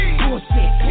bullshit